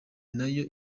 nayo